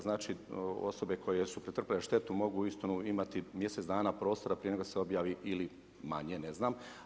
Znači osobe koje su pretrpjele štetu mogu uistinu imati mjesec dana prostora prije nego li se objavi ili manje, ne znam.